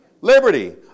Liberty